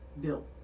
built